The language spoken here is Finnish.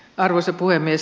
arvoisa puhemies